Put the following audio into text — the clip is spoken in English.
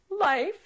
life